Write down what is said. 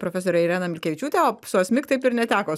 profesorę ireną milkevičiūtę o su asmik taip ir neteko